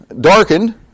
darkened